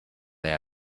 they